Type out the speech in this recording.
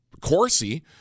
Corsi